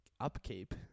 upkeep